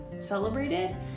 celebrated